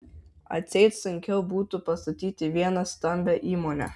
atseit sunkiau būtų pastatyti vieną stambią įmonę